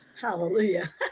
hallelujah